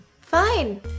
Fine